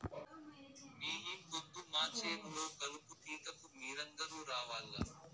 మే ఈ పొద్దు మా చేను లో కలుపు తీతకు మీరందరూ రావాల్లా